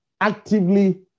actively